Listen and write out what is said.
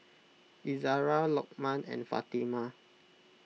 Izzara Lokman and Fatimah